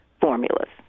formulas